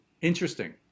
interesting